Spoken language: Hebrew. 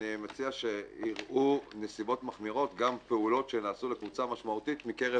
אני מציע שיראו בנסיבות מחמירות גם פעולות שנעשו לקבוצה משמעותית מקרב